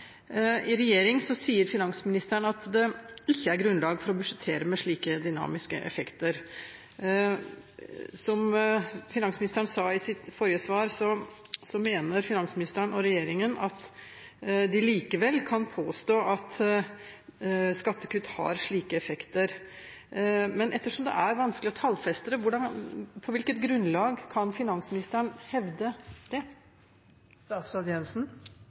I regjering sier finansministeren at det ikke er grunnlag for å budsjettere med slike dynamiske effekter. Som finansministeren sa i sitt forrige svar, mener finansministeren og regjeringen at de likevel kan påstå at skattekutt har slike effekter. Men ettersom det er vanskelig å tallfeste det, på hvilket grunnlag kan finansministeren hevde det?